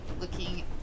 looking